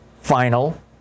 final